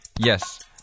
Yes